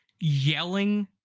yelling